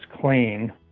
clean